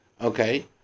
okay